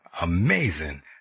Amazing